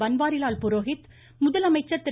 பன்வாரிலால் புரோஹித் முதலமைச்சர் திரு